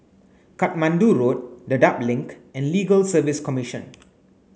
Katmandu Road Dedap Link and Legal Service Commission